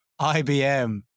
IBM